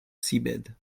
seabed